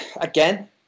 again